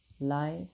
life